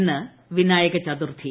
ഇന്ന് വിനായകചതുർത്ഥി